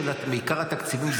בעיקר של התקציבים,